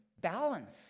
balance